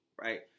Right